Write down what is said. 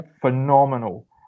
phenomenal